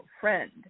friend